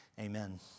amen